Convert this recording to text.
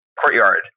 courtyard